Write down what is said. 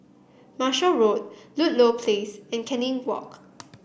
Marshall Road Ludlow Place and Canning Walk